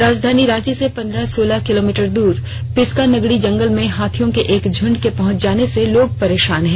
राजधानी रांची से पंद्रह सोलह किलोमीटर दूर पिस्का नगड़ी जंगल में हाथियों के एक झुंड के पहुंच जाने से लोग परेशान हैं